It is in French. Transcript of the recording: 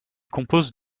compose